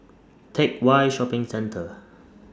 Teck Whye Shopping Centre